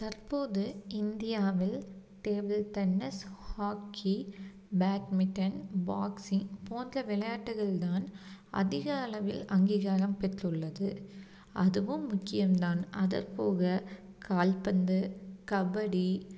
தற்போது இந்தியாவில் table tennis hockey badminton boxing போன்ற விளையாட்டுகள் தான் அதிக அளவில் அங்கீகாரம் பெற்றுள்ளது அதுவும் முக்கியம் தான் அதற்போக கால் பந்து கபடி